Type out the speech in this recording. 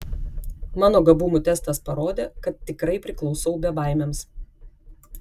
mano gabumų testas parodė kad tikrai priklausau bebaimiams